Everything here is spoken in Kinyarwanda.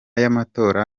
y’amatorero